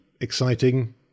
exciting